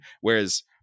whereas